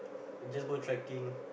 just go trekking